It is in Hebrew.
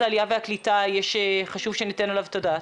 העלייה והקליטה חשוב שניתן עליו את הדעת.